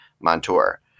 Montour